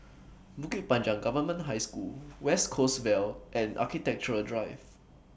Bukit Panjang Government High School West Coast Vale and Architecture Drive